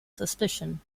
suspicion